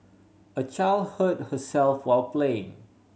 a child hurt herself while playing